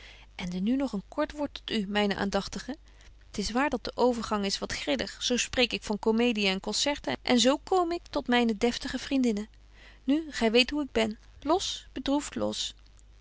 waren ende nu nog een kort woord tot u myne aandagtige t is waar de overgang is wat grillig zo spreek ik van comedien en concerten en zo koom ik tot myne deftige vriendinne nu gy weet hoe ik ben los bedroeft los